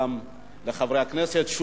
וגם לחברי הכנסת,